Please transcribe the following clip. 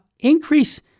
increase